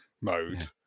mode